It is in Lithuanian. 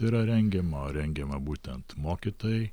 yra rengiama o rengiama būtent mokytojai